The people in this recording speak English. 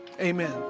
Amen